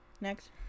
Next